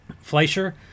Fleischer